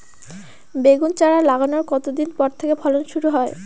বেগুন চারা লাগানোর কতদিন পর থেকে ফলন শুরু হয়?